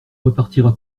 repartira